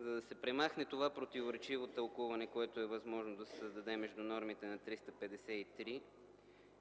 За да се премахне това противоречиво тълкуване, което е възможно да се създаде между нормите на чл.